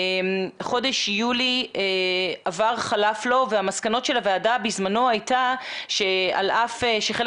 חודש יולי עבר חלף לו והמסקנות של הוועדה בזמנו היו שעל אף שחלק